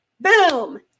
Boom